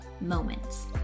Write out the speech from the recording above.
moments